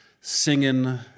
singing